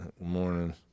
morning